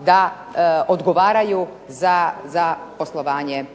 da odgovaraju za poslovanje